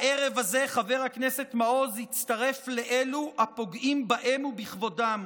הערב הזה חבר הכנסת מעוז הצטרף לאלו הפוגעים בהם ובכבודם.